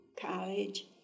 college